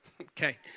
Okay